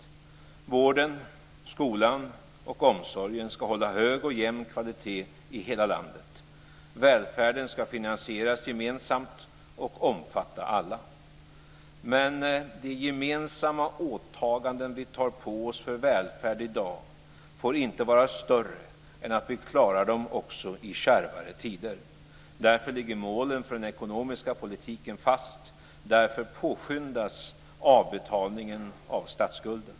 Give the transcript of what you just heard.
Vården, skolan och omsorgen ska hålla hög och jämn kvalitet i hela landet. Välfärden ska finansieras gemensamt och omfatta alla. Men de gemensamma åtaganden vi tar på oss för välfärden i dag får inte vara större än att vi klarar dem också i kärvare tider. Därför ligger målen för den ekonomiska politiken fast. Därför påskyndas avbetalningen av statsskulden.